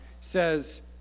says